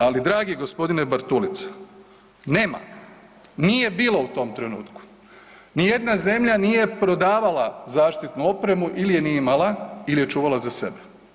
Ali dragi g. Bartulica, nema, nije bilo u tom trenutku, nijedna zemlja nije prodavala zaštitnu opremu ili je nije imala ili je čuvala za sebe.